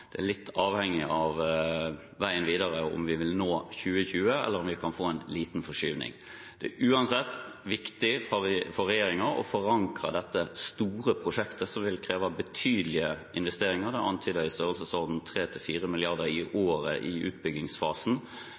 Det er litt avhengig av veien videre om vi vil nå 2020, eller om vi kan få en liten forskyvning. Uansett er det viktig for regjeringen når det gjelder dette store prosjektet, som vil kreve betydelige investeringer – det er antydet i størrelsesorden 3–4 mrd. kr i året i utbyggingsfasen